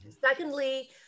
secondly